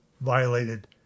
violated